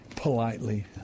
Politely